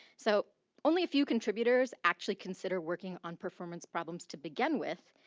so only a few contributors actually consider working on performance problems to begin with,